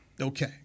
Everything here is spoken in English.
Okay